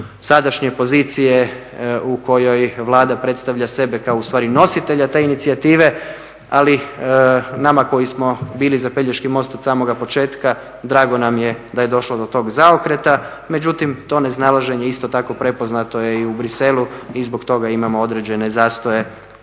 sadašnje pozicije u kojoj Vlada predstavlja sebe kao ustvari nositelja te inicijative, ali nama koji smo bili za Pelješki most od samoga početka, drago nam je da je došlo do tog zaokreta, međutim to … isto tako prepoznato je i u Bruxellesu i zbog toga imamo određene zastoje